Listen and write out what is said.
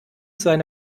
seine